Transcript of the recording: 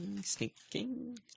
sneaking